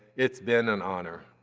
it's been an honor.